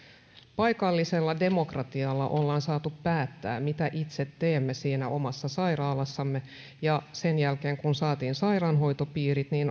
paikallisella demokratialla olemme saaneet päättää mitä itse teemme siinä omassa sairaalassamme ja sen jälkeen kun saatiin sairaanhoitopiirit